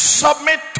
submit